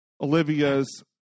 olivia's